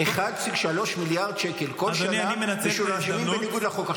1.3 מיליארד שקל משולמים כל שנה בניגוד לחוק -- אדוני,